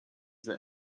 that